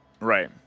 right